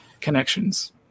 connections